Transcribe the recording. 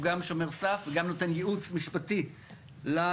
גם שומר סף וגם נותן ייעוץ משפטי למועצה,